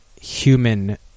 human